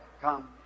come